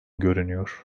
görünüyor